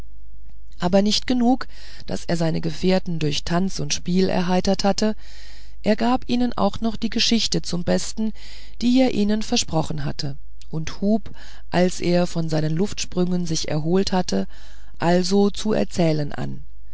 aber nicht genug daß er seine gefährten durch tanz und spiel erheitert hatte er gab ihnen auch noch die geschichte zum besten die er ihnen versprochen hatte und hub als er von seinen luftsprüngen sich erholt hatte also zu erzählen an